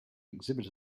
exhibit